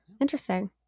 Interesting